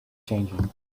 changing